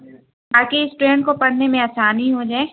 آپ کے اسٹوڈینٹ کو پڑھنے میں آسانی ہو جائے